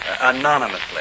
anonymously